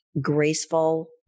graceful